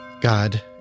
god